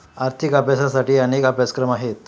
आर्थिक अभ्यासासाठीही अनेक अभ्यासक्रम आहेत